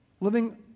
living